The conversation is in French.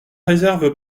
réserve